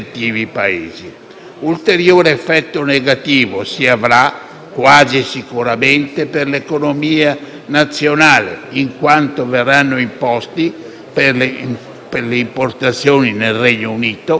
quasi sicuramente, per l'economia nazionale, in quanto verranno imposti, per le importazioni nel Regno Unito, dazi e altri balzelli anche burocratici,